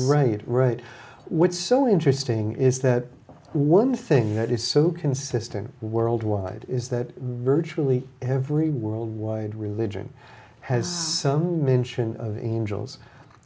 right right what's so interesting is that one thing that is so consistent worldwide is that virtually every worldwide religion has some mention of angels